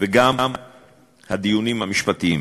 גם הדיונים המשפטיים,